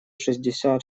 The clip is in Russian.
шестьдесят